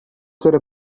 could